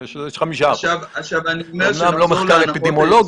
זה 5%. אמנם זה לא מחקר אפידמיולוגי,